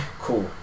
Cool